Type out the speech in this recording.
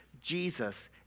Jesus